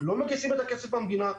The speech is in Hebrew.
לא מגייסים את הכסף מהמדינה.